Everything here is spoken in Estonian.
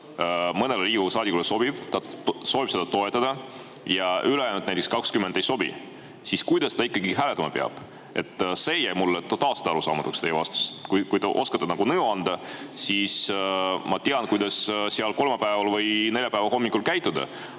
mõnele Riigikogu saadikule sobib, ta soovib seda toetada, aga ülejäänud 20 ei sobi, siis kuidas ikkagi hääletama peab? See jäi mulle totaalselt arusaamatuks teie vastuses. Kui te oskate nõu anda, siis ma tean, kuidas kolmapäeval või neljapäeva hommikul käituda.